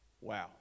Wow